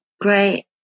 Great